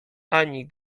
ani